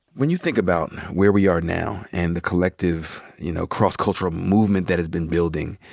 when you think about where we are now and the collective, you know, cross-cultural movement that has been building,